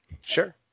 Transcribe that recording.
Sure